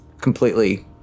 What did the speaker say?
completely